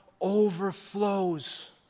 Overflows